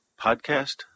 podcast